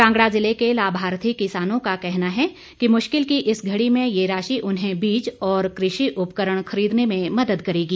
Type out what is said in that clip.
कांगडा जिले के लाभार्थि किसानों का कहना है कि मुश्किल की इस घड़ी में ये राशि उन्हे बीज और कृषि व उपकरण खरीदने में मदद करेगी